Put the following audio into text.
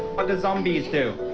what do zombies do?